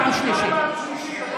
פעם שלישית.